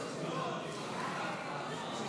ציפי לבני, שלי יחימוביץ, סתיו